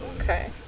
okay